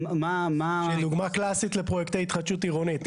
דוגמה קלאסית לפרויקטי התחדשות עירונית.